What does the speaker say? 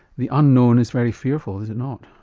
the unknown is very fearful is it not?